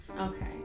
Okay